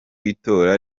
itora